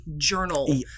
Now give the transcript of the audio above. journal